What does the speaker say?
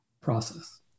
process